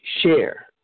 share